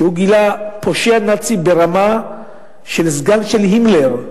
שגילה פושע נאצי ברמה של סגן של הימלר,